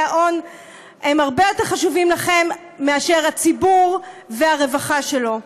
ההון הם הרבה יותר חשובים לכם מהציבור והרווחה שלו.